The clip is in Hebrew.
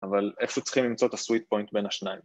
‫אבל איפה צריכים למצוא את הסוויט פוינט ‫בין השניים?